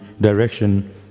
direction